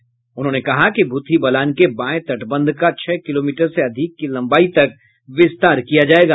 मुख्यमंत्री ने कहा कि भूतही बलान के बायें तटबंध का छह किलोमीटर से अधिक की लम्बाई तक विस्तार किया जायेगा